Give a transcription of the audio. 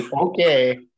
Okay